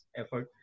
effort